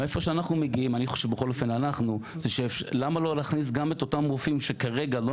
אנחנו שואלים למה לא להכניס גם את הרופאים שכרגע לא